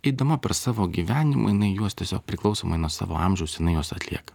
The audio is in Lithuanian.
eidama per savo gyvenimą jinai juos tiesiog priklausomai nuo savo amžiaus jinai juos atlieka